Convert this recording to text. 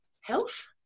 health